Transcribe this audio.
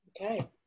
Okay